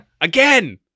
Again